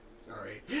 sorry